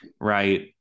right